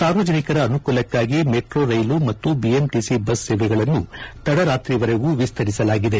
ಸಾರ್ವಜನಿಕರ ಅನುಕೂಲಕ್ಕಾಗಿ ಮೆಟ್ರೋ ರೈಲು ಮತ್ತು ಬಿಎಂಟಿಸಿ ಬಸ್ ಸೇವೆಗಳನ್ನು ತಡರಾತ್ರಿವರೆಗೂ ವಿಸ್ತರಿಸಲಾಗಿದೆ